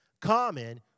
common